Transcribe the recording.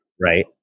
right